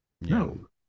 No